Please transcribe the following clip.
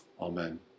amen